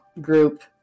group